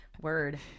Word